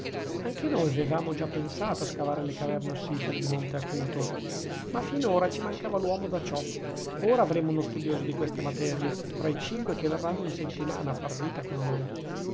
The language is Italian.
anche noi avevamo già pensato a scavare le caverne ossifere di monte acuto ma finora ci mancava l'uomo da ciò ora avremo uno studioso di queste materie tra i cinque che verranno in settimana a far vita con noi